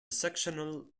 sectional